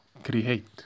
create